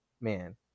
man